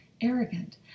arrogant